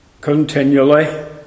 continually